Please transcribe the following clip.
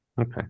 Okay